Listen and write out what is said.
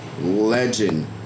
legend